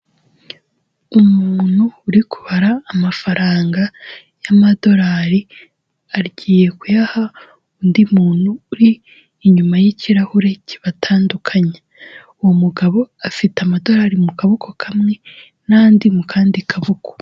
Umuntu uri kubara amafaranga y'amadorari, agiye kuyaha undi muntu uri inyuma y'ikirahure kibatandukanya, uwo mugabo afite amadorari mu kaboko kamwe n'andi mu kandi kaboko.